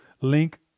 link